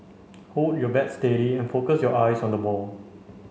hold your bat steady and focus your eyes on the ball